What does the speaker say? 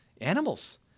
animals